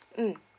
mm